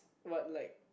what like